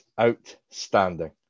outstanding